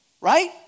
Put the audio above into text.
Right